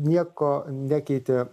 nieko nekeitė